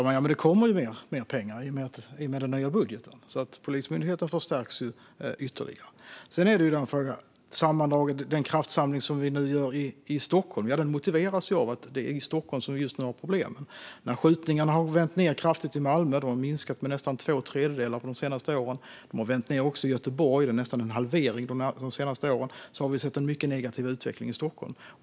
Fru talman! Det kommer ju mer pengar i och med den nya budgeten. Polismyndigheten förstärks ytterligare. Den kraftsamling som vi nu gör i Stockholm motiveras av att det är i Stockholm som vi just nu har problem. Skjutningarna har vänt nedåt kraftigt i Malmö och har minskat med nästan två tredjedelar de senaste åren. Skjutningarna har vänt nedåt också i Göteborg med nästan en halvering de senaste åren. I Stockholm har vi däremot sett en mycket negativ utveckling.